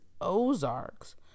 Ozark's